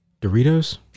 Doritos